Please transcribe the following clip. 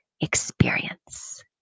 experience